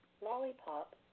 Lollipop